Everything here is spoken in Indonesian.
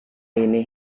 ini